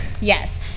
Yes